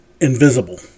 invisible